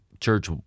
church